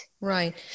right